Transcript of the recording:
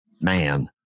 man